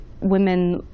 women